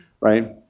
right